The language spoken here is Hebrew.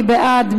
מי בעד?